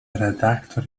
redaktor